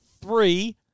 three –